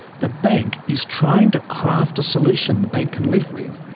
the bank is trying to craft a solution the bank can live with,